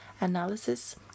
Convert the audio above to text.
analysis